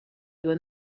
doit